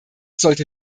sollte